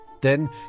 Then